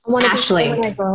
Ashley